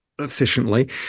efficiently